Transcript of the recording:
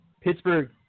Pittsburgh